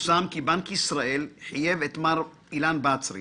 פורסם כי בנק ישראל חייב את מר אילן בצרי,